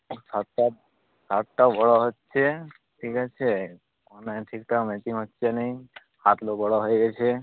এই শার্টটা শার্টটা বড়ো হচ্ছে ঠিক আছে মানে ঠিকঠাক মেকিং হচ্ছে নি হাতগুলো বড়ো হয়ে গেছে